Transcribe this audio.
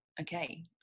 okay